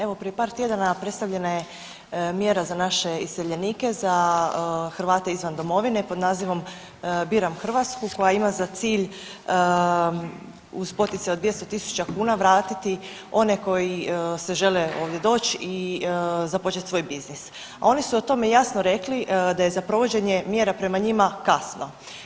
Evo par tjedana predstavljena je mjera za naše iseljenike za Hrvate izvan domovine pod nazivom „Biram Hrvatsku“ koja ima za cilj uz poticaj od 200.000 kuna vratiti one koji se žele ovdje doć i započet svoj biznis, a oni su o tome jasno rekli da je za provođenje mjera prema njima kasno.